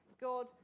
God